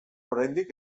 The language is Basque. oraindik